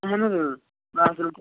اہن حظ اۭں